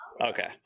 Okay